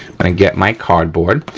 gonna get my cardboard,